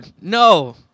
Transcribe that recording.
no